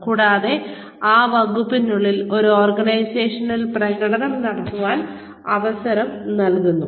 കൂടാതെ ആ വകുപ്പിനുള്ളിൽ ആ ഓർഗനൈസേഷനിൽ പ്രകടനം നടത്താൻ അവസരം നൽകുന്നു